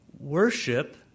worship